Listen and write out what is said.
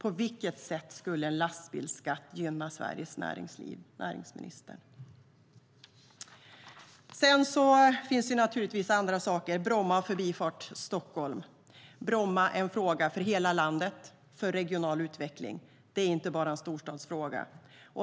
På vilket sätt skulle lastbilsskatt gynna Sveriges näringsliv, näringsministern? Det finns naturligtvis andra frågor, till exempel Bromma och Förbifart Stockholm. Bromma är en fråga för hela landet och för regional utveckling. Det är inte bara en storstadsfråga.